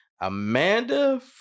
Amanda